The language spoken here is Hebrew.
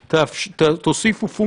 כן.